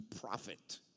profit